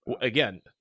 Again